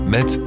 Met